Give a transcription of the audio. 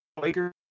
Lakers